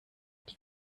die